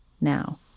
now